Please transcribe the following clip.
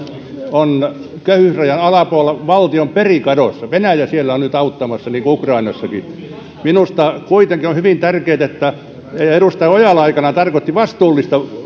on köyhyysrajan alapuolella valtio on perikadossa venäjä siellä on nyt auttamassa niin kuin ukrainassakin minusta kuitenkin on hyvin tärkeätä mitä edustaja ojala aikanaan tarkoitti vastuullisella